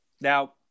Now